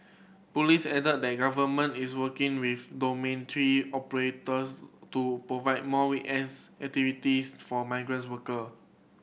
police added that the Government is working with dormitory operators to provide more weekends activities for migrants worker